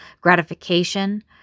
gratification